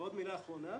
עוד מילה אחרונה.